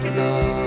love